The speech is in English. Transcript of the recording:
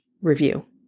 review